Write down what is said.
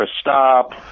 stop